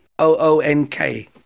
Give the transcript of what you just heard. O-O-N-K